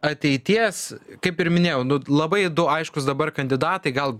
ateities kaip ir minėjau nu labai du aiškūs dabar kandidatai gal